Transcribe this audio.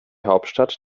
hauptstadt